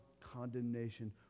condemnation